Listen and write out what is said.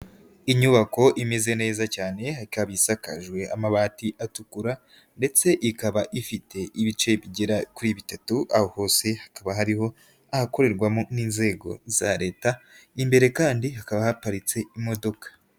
Inyubako imeze neza cyane ikaba isakajwe amabati atukura ndetse ikaba ifite ibice bigera kuri bitatu, aha hose hakaba hari ahakorerwa n'inzego za Leta, imbere kandi hakaba haparitse imodoka.